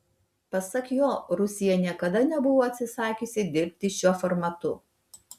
pasak jo rusija niekada nebuvo atsisakiusi dirbti šiuo formatu